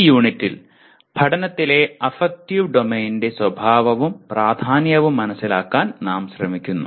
ഈ യൂണിറ്റിൽ പഠനത്തിലെ അഫക്റ്റീവ് ഡൊമെയ്നിന്റെ സ്വഭാവവും പ്രാധാന്യവും മനസിലാക്കാൻ നാം ശ്രമിക്കുന്നു